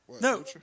No